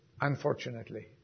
Unfortunately